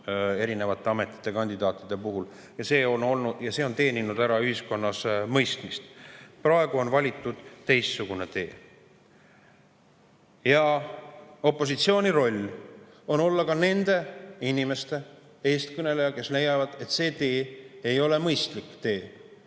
erinevate ametite kandidaatide puhul, ja see on leidnud ühiskonnas mõistmist. Praegu on valitud teistsugune tee. Opositsiooni roll on aga olla ka nende inimeste eestkõneleja, kes leiavad, et see tee ei ole mõistlik tee.